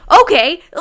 okay